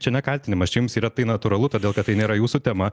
čia ne kaltinimas jums yra tai natūralu todėl kad tai nėra jūsų tema